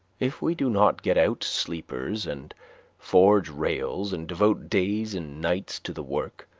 if we do not get out sleepers, and forge rails, and devote days and nights to the work,